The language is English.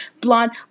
blonde